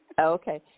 Okay